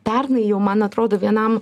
pernai jau man atrodo vienam